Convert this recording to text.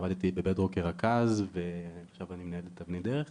עבדתי ב'בית דרור' כרכז ועכשיו אני מנהל את 'אבני דרך',